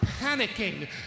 panicking